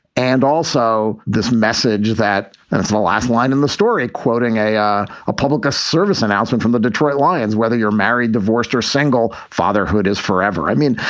and also this message that and it's the last line in the story, quoting a ah public service service announcement from the detroit lions. whether you're married, divorced or single, fatherhood is forever. i mean,